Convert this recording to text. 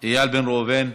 איל בן ראובן.